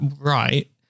right